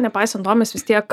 nepaisant to mes vis tiek